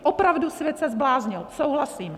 Opravdu, svět se zbláznil, souhlasím.